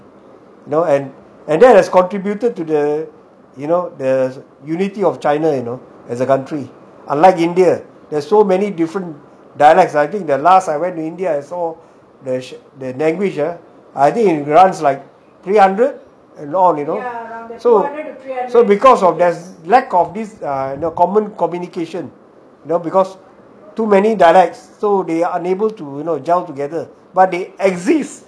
you know and and that has contributed to the you know the unity of china you know as a country unlike india there's so many different dialects I think the last I went to india I saw the language ah I think it runs like three hundred in all you know so so because of this lack of these are the common communication you know because too many dialects so they are unable to jump together but they exist